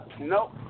nope